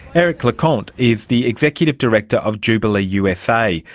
eric lecompte is the executive director of jubilee usa,